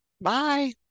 Bye